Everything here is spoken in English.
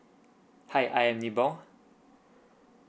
hi I am nibong